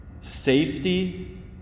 safety